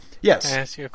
yes